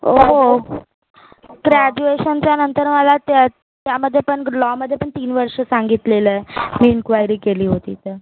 हो हो ग्रॅज्युएशनच्या नंतर मला त्यात त्यामध्ये पण लॉमध्ये पण तीन वर्ष सांगितलेलं मी इंक्वायरी केली होती तर